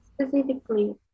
specifically